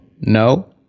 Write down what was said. No